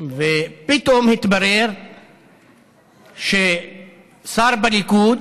ופתאום התברר ששר בליכוד